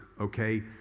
okay